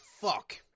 fuck